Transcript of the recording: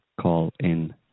call-in